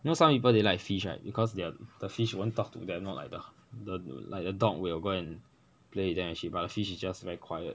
you know some people they like fish right because they are the fish won't talk to them not like the the like the dog will go and play and shit but the fish is just very quiet